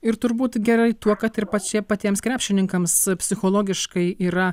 ir turbūt gerai tuo kad ir pačiai patiems krepšininkams psichologiškai yra